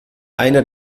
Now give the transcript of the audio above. einer